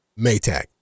Maytag